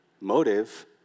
motive